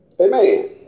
Amen